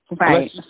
Right